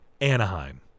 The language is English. Anaheim